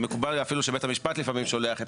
מקובל אפילו שבית המשפט לפעמים שולח את